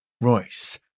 Royce